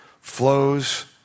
flows